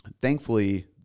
Thankfully